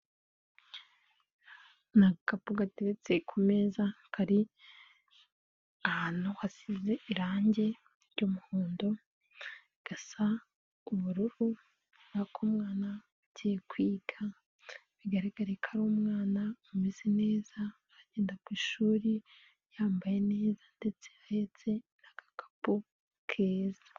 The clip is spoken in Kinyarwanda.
Ni akapu gatetse ku meza, kari ahantu hasize irangi ry'umuhondo, gasa ubururu, ni ak'umwana, ugiye kwiga, bigaragare ko ari umwana ameze neza, agenda ku ishuri yambaye neza ndetse ahetse n'akakapu keza.